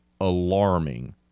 alarming